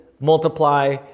multiply